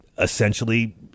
essentially